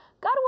God